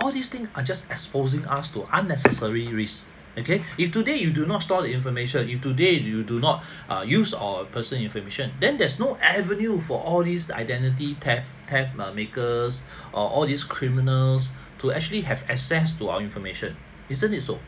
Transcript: all these things are just exposing us to unnecessary risk okay if today you do not store the information if today you do not uh use our personal information then there's no avenue for all these identity theft theft err makers or all these criminals to actually have access to our information isn't it so